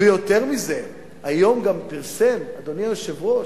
ויותר מזה, היום גם פרסם, אדוני היושב-ראש,